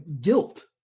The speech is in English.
Guilt